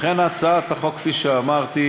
לכן הצעת החוק, כפי שאמרתי,